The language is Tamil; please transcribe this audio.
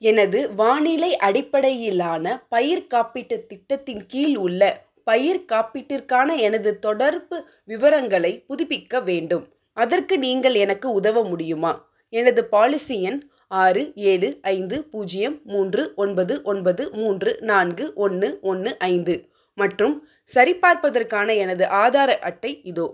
எனது வானிலை அடிப்படையிலான பயிர் காப்பீட்டுத் திட்டத்தின் கீழ் உள்ள பயிர் காப்பீட்டிற்கான எனது தொடர்பு விவரங்களை புதுப்பிக்க வேண்டும் அதற்கு நீங்கள் எனக்கு உதவ முடியுமா எனது பாலிசி எண் ஆறு ஏலு ஐந்து பூஜ்ஜியம் மூன்று ஒன்பது ஒன்பது மூன்று நான்கு ஒன்று ஒன்று ஐந்து மற்றும் சரிப்பார்ப்பதற்கான எனது ஆதார அட்டை இதோ